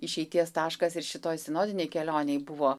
išeities taškas ir šitoj sinodinėj kelionėj buvo